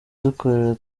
dukorera